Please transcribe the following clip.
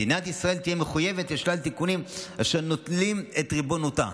מדינת ישראל תהיה מחויבת לשלל תיקונים אשר נוטלים את ריבונותה.